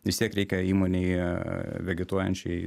vis tiek reikia įmonėje vegetuojančiai